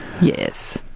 Yes